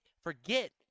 forget